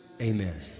Amen